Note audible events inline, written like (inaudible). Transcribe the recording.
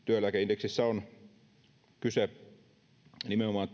työeläkeindeksissä on kyse nimenomaan (unintelligible)